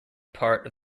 part